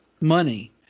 money